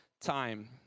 time